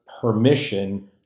permission